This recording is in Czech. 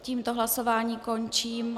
Tím hlasování končím.